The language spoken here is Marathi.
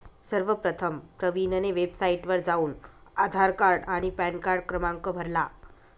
सर्वप्रथम प्रवीणने वेबसाइटवर जाऊन आधार कार्ड आणि पॅनकार्ड क्रमांक भरला